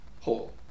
hole